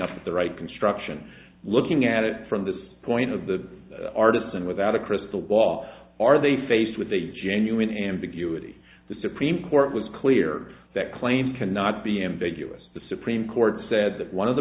up with the right construction looking at it from this point of the artists and without a crystal ball are they faced with a genuine ambiguity the supreme court was clear that claim cannot be ambiguous the supreme court said that one of the